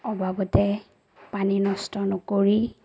অবাবতে পানী নষ্ট নকৰি